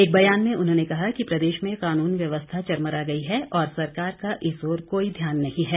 एक ब्यान में उन्होंने कहा कि प्रदेश में कानून व्यवस्था चरमरा गई है और सरकार का इस ओर कोई ध्यान नहीं है